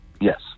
Yes